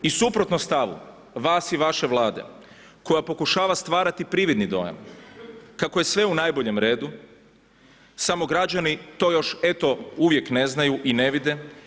I suprotno stavu vas i vaše vlade koja pokušava stvarati prividni dojam kako je sve u najboljem redu, samo građani to još eto, uvijek ne znaju i ne vide.